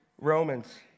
Romans